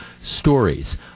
stories